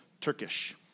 Turkish